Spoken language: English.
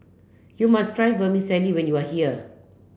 you must try Vermicelli when you are here